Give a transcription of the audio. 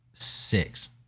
Six